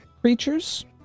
creatures